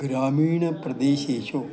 ग्रामीणप्रदेशेषु